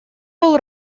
был